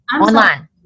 online